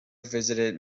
visited